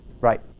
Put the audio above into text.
Right